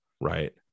Right